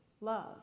love